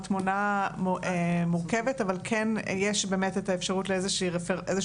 התמונה מורכבת אבל כן יש באמת את האפשרות לאיזשהו